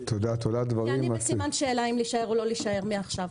אני בסימן שאלה אם להישאר או לא להישאר בענף.